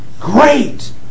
great